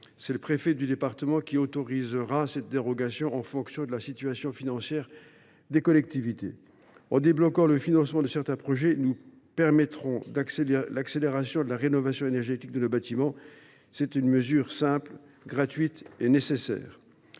C’est le préfet du département qui autoriserait cette dérogation en fonction de la situation financière des collectivités. En débloquant le financement de certains projets, nous permettrons l’accélération de la rénovation énergétique de nos bâtiments. C’est une mesure simple, gratuite et nécessaire.